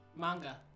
manga